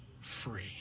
free